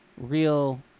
real